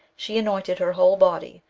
she anointed her whole body,